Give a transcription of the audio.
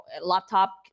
laptop